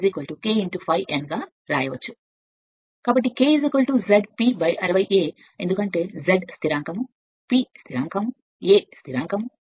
కాబట్టి ఈ సందర్భంలో మీరు బ్యాక్ emf ఎల్లప్పుడూ అనువర్తిత వోల్టేజ్ కంటే తక్కువగా ఉంటుంది కాబట్టి యంత్రం సాధారణ పరిస్థితులలో నడుస్తున్నప్పుడు వ్యత్యాసం చాలా తక్కువగా ఉంటుంది